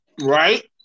Right